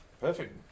Perfect